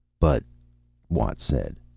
but watt said.